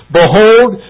behold